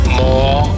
more